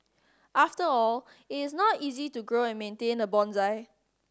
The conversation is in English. after all it is not easy to grow and maintain a bonsai